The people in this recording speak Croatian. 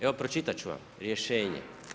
Evo pročitat ću vam rješenje.